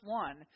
one